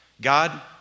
God